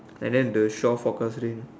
and then the shore forecast rain